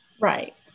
Right